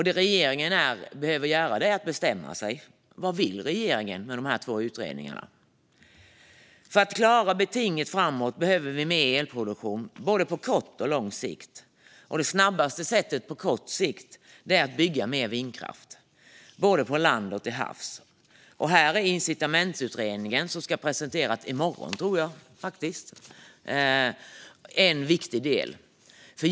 Det regeringen behöver göra är att bestämma sig: Vad vill regeringen med de två utredningarna? För att klara betinget framåt behöver vi mer elproduktion på både kort och lång sikt. Det snabbaste sättet att göra det på kort sikt är att bygga mer vindkraft, både på land och till havs. En viktig del här är incitamentsutredningen, som jag tror faktiskt ska presenteras imorgon.